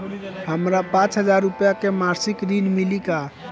हमका पांच हज़ार रूपया के मासिक ऋण मिली का?